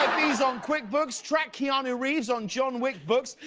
on quickbooks, track keanu reeves on john wick books.